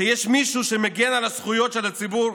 שיש מישהו שמגן על הזכויות של הציבור,